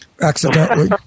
accidentally